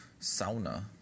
Sauna